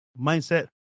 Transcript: mindset